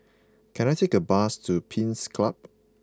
can I take a bus to Pines Club